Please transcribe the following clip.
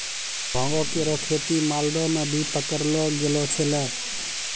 भांगो केरो खेती मालदा म भी पकड़लो गेलो छेलय